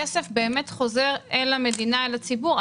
הכסף באמת חוזר אל המדינה, אל הציבור.